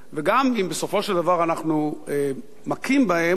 וגם אם בסופו של דבר אנחנו מכים בהם,